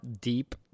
deep